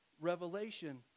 Revelation